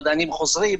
מדענים חוזרים,